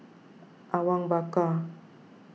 Awang Bakar